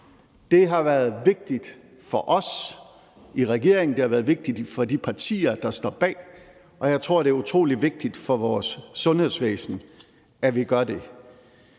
Det har været vigtigt for os i regeringen, det har været vigtigt for de partier, der står bag, og jeg tror, det er utrolig vigtigt for vores sundhedsvæsen, at vi gør det.